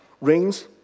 rings